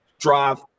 drive